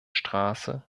straße